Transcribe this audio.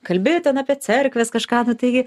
kalbėjo ten apie cerkves kažką nu taigi